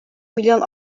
milyon